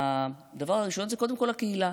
הדבר הראשון הוא הקהילה.